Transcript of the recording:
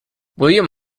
william